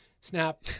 snap